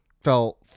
felt